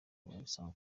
wabisanga